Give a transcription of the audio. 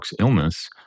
illness